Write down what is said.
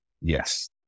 Yes